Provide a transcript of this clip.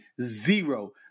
Zero